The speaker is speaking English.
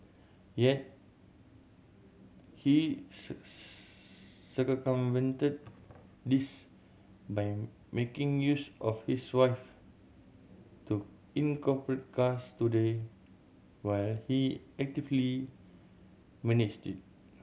yet he circumvented this by making use of his wife to incorporate Cars Today while he actively managed it